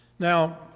Now